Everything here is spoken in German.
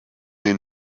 den